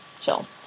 chill